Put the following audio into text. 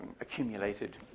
accumulated